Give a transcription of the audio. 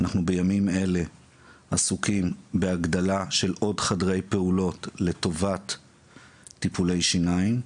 בימים אלה אנחנו עסוקים בהגדלה של עוד חדרי פעולות לטובת טיפולי שיניים.